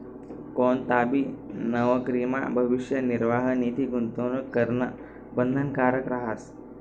कोणताबी नवकरीमा भविष्य निर्वाह निधी गूंतवणूक करणं बंधनकारक रहास